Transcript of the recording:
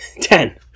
Ten